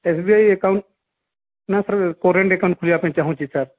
SBI account ନା sir current account ଖୋଲିବା ପାଇଁ ଚାହୁଁଛି ସାର୍